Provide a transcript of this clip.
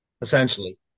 essentially